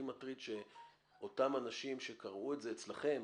מטריד שאותם אנשים שקראו את זה אצלכם,